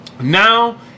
now